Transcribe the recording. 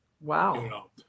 Wow